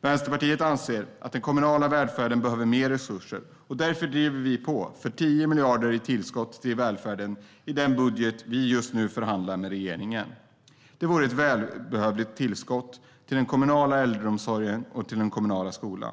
Vänsterpartiet anser att den kommunala välfärden behöver mer resurser. Därför driver vi på för 10 miljarder i tillskott till välfärden i den budget vi just nu förhandlar om med regeringen. Det vore ett välbehövligt tillskott till den kommunala äldreomsorgen och skolan.